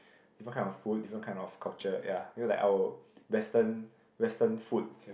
different kind of food different kind of culture ya you know like our western western food